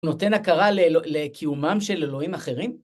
נותן הכרה לקיומם של אלוהים אחרים?